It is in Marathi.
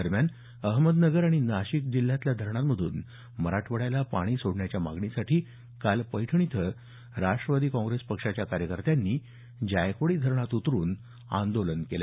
दरम्यान नगर आणि नाशिकच्या धरणांमधून मराठवाड्याला पाणी सोडण्याच्या मागणीसाठी काल पैठण इथं राष्ट्रवादी काँग्रेस पक्षाच्या कार्यकर्त्यांनी जायकवाडी धरणात उतरून आंदोलन केलं